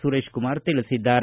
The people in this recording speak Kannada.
ಸುರೇಶ್ಕುಮಾರ್ ತಿಳಿಸಿದ್ದಾರೆ